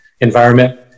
environment